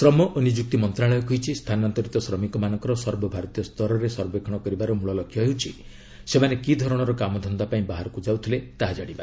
ଶ୍ରମ ଓ ନିଯୁକ୍ତି ମନ୍ତ୍ରଣାଳୟ କହିଛି ସ୍ଥାନାନ୍ତରିତ ଶ୍ରମିକମାନଙ୍କର ସର୍ବଭାରତୀୟ ସ୍ତରରେ ସର୍ବେକ୍ଷଣ କରିବାର ମୂଳ ଲକ୍ଷ୍ୟ ହେଉଛି ସେମାନେ କି ଧରଣର କାମଧନ୍ଦା ପାଇଁ ବାହାରକୁ ଯାଉଥିଲେ ତାହା ଜାଶିବା